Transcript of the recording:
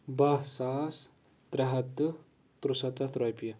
بہہ ساس ترٛےٚ ہَتھ تہٕ ترٛسَتَتھ رۄپیہِ